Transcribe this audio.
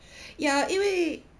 ya 因为